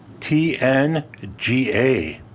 TNGA